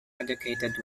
educated